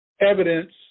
evidence